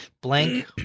Blank